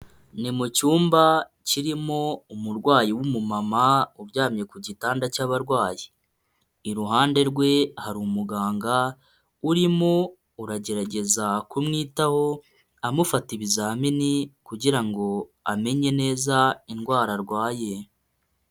Ni mucyumba kirimo umurwayi w'umumama uryamye ku gitanda cy'abarwayi. Iruhande rwe hari umuganga urimo uragerageza kumwitaho amufata ibizamini kugira ngo amenye neza indwara arwaye.